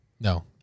No